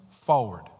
forward